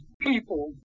people